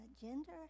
gender